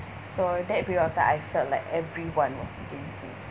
so that period of time I felt like everyone was against me